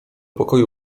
pokoju